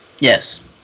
Yes